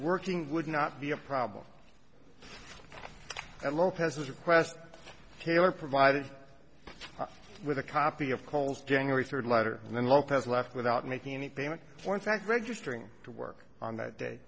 working would not be a problem at lopez's request taylor provided with a copy of cole's january third letter and then lopez left without making any payment for in fact registering to work on that day